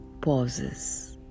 pauses